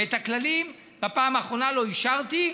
ואת הכללים בפעם האחרונה לא אישרתי,